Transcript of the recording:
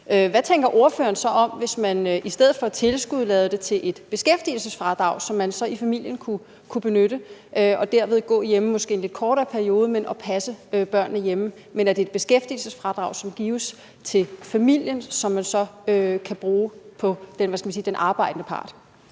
Hvad tænker ordføreren så om, at man, hvis man i stedet for et tilskud, lavede det til et beskæftigelsesfradrag, som man i familien så kunne benytte og derved måske i en lidt kortere periode gå hjemme og passe børnene? Altså hvad tænker ordføreren om, at det er et beskæftigelsesfradrag, som gives til familien, og som man så kan bruge på den, hvad skal